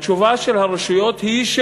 התשובה של הרשויות היא: